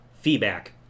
feedback